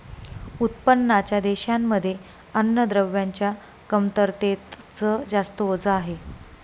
उत्पन्नाच्या देशांमध्ये अन्नद्रव्यांच्या कमतरतेच जास्त ओझ आहे